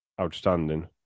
outstanding